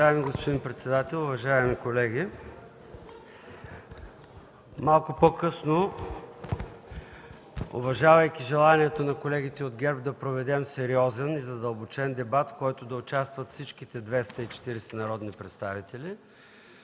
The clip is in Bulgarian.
Уважаеми господин председател, уважаеми колеги! Малко по-късно, уважавайки желанието на колегите от ГЕРБ да проведем сериозен, задълбочен дебат, в който да участват всичките 240 народни представители,